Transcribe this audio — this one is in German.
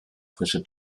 frische